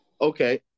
Okay